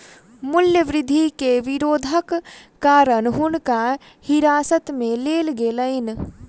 मूल्य वृद्धि के विरोधक कारण हुनका हिरासत में लेल गेलैन